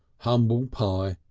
humble pie,